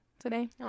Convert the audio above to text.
today